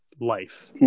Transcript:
life